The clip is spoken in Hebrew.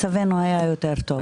מצבנו היה טוב יותר.